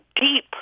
deep